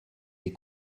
des